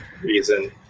reason